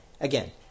again